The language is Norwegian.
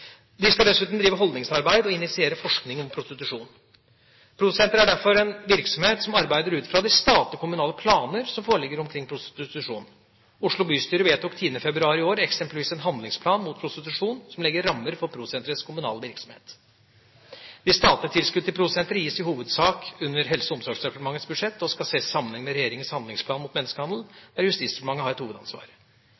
de riktige politiske beslutningene. PRO Sentret skal dessuten drive holdningsarbeid og initiere forskning om prostitusjon. PRO Sentret er derfor en virksomhet som arbeider ut fra de statlige kommunale planer som foreligger omkring prostitusjon. Oslo bystyre vedtok 10. februar i år eksempelvis en handlingsplan mot prostitusjon som legger rammer for PRO Sentrets kommunale virksomhet. Det statlige tilskuddet til PRO Sentret gis i hovedsak under Helse- og omsorgsdepartementets budsjett og skal ses i sammenheng med regjeringas handlingsplan mot